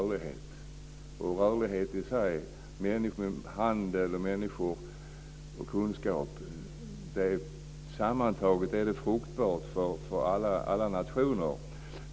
Rörlighet i sig, människor, handel och kunskap är sammantaget fruktbart för alla nationer.